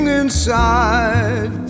inside